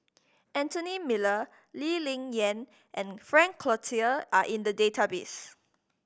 Anthony Miller Lee Ling Yen and Frank Cloutier are in the database